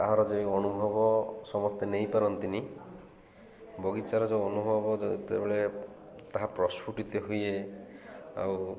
ତାହାର ଯେ ଅନୁଭବ ସମସ୍ତେ ନେଇପାରନ୍ତିନି ବଗିଚାର ଯେଉଁ ଅନୁଭବ ଯେତେବେଳେ ତାହା ପ୍ରସ୍ଫୁଟିିତ ହୁଏ ଆଉ